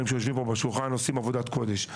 שיושבים פה בשולחן ועושים עבודת קודש,